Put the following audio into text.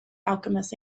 alchemist